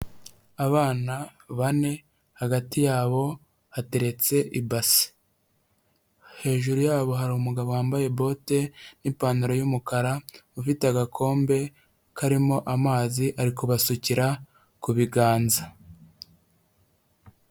Abana bane hagati yabo hateretsese ibase, hejuru yabo hari umugabo wambaye bote ni'pantaro y'umukara ufite agakombe karimo amazi ari kubasukira ku biganza.